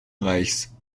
reichs